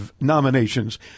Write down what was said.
nominations